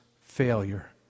failure